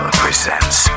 presents